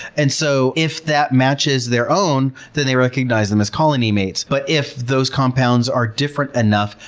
and so if that matches their own, then they recognize them as colony mates. but if those compounds are different enough,